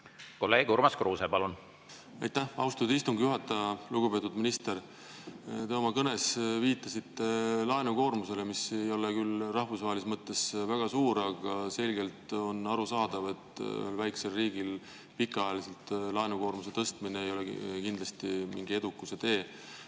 midagi peaksime tegema? Aitäh, austatud istungi juhataja! Lugupeetud minister! Te oma kõnes viitasite laenukoormusele, mis ei ole küll rahvusvahelises mõttes väga suur, aga selgelt on arusaadav, et ühel väikesel riigil pikaajaliselt laenukoormuse tõstmine ei ole kindlasti mingi edukuse tee.